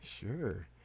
Sure